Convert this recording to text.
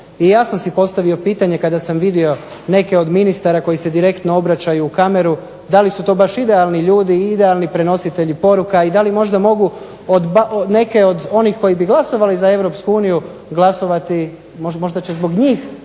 I ja sam si postavio pitanje kada sam vidio neke od ministara koji se direktno obraćaju u kameru da li su to baš idealni ljudi, idealni prenositelji poruka i da li možda mogu neke od onih koji bi glasovali za Europsku uniju glasovati. Možda će zbog njih